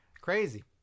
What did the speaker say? Crazy